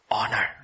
honor